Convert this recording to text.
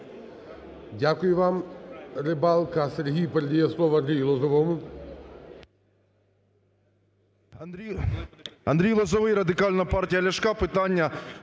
Дякую вам.